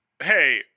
hey